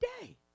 day